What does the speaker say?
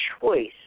choice